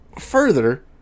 further